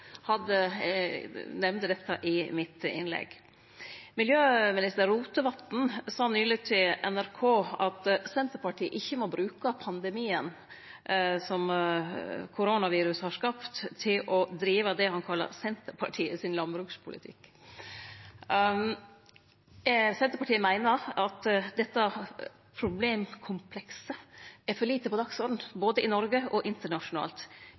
nemnde dette i innlegget mitt. Miljøminister Rotevatn sa nyleg til NRK at Senterpartiet ikkje må bruke pandemien som koronaviruset har skapt, til å drive det han kallar Senterpartiets landbrukspolitikk. Senterpartiet meiner at dette problemkomplekset er for lite på dagsordenen både i Noreg og internasjonalt.